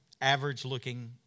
average-looking